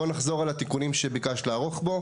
בואי נחזור על התיקונים שביקשת לערוך בו,